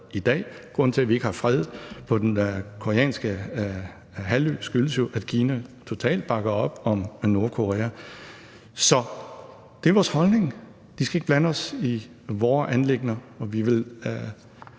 i dag. Grunden til, at vi ikke har fred på den koreanske halvø, er jo, at Kina totalt bakker op om Nordkorea. Så det er vores holdning. De skal ikke blande sig i vore anliggender, og vi vil